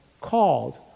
called